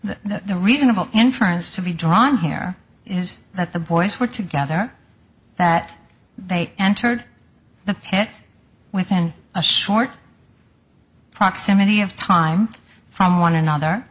the reasonable inference to be drawn here is that the boys were together that they entered the pit within a short proximity of time from one another